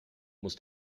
muss